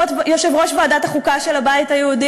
יושב-ראש ועדת החוקה של הבית היהודי,